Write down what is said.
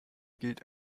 gilt